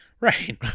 Right